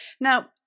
Now